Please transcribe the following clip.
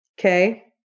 Okay